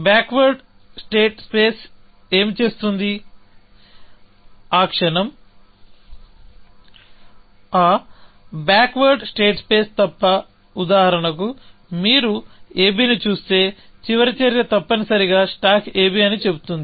backward state space ఏమి చేస్తుంది ఆ క్షణం ఆ బ్యాక్వర్డ్ స్టేట్ స్పేస్ తప్ప ఉదాహరణకు మీరు ab ని చూస్తే చివరి చర్య తప్పనిసరిగా స్టాక్ ab అని చెబుతుంది